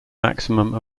maximum